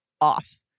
off